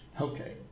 Okay